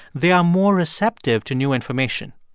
they are more receptive to new information.